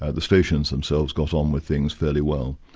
ah the stations themselves got on with things fairly well.